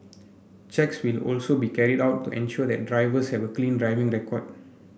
checks will also be carried out to ensure that drivers have a clean driving record